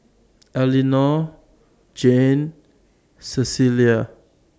Elinore Jane Cecilia